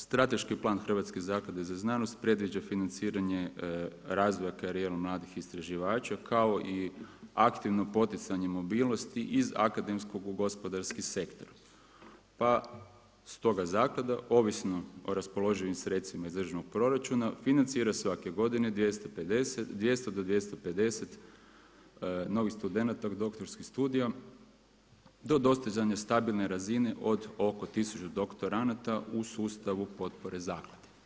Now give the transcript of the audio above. Strateški plan Hrvatske zaklade za znanost predviđa financiranje razvoja karijera mladih istraživača kao i aktivno poticanje mobilnosti iz akademskog u gospodarski sektor, pa stoga zaklada ovisno o raspoloživim sredstvima iz državnog proračuna financira svake godine 200 do 250 novih studenata doktorskom studijom do dostizanja stabilne razine od oko 1000 doktoranata u sustavu potpore zaklade.